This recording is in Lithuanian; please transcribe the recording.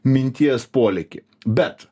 minties polėkį bet